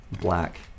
black